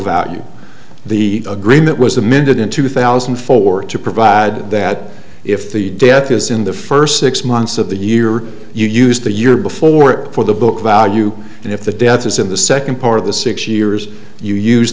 value the agreement was amended in two thousand and four to provide that if the death is in the first six months of the year or you used the year before for the book value and if the death is in the second part of the six years you use